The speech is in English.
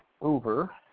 over